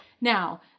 Now